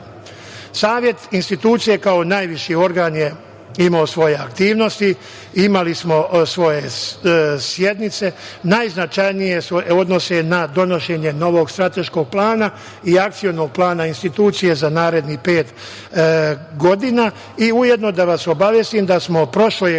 itd. Savet institucije, kao najviši organ, je imao svoje aktivnosti, imali smo svoje sednice. Najznačajnije se odnose na donošenje novog strateškog plana i akcionog plana institucije za narednih pet godina. Ujedno, da vas obavestim da smo prošle godine